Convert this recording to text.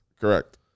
correct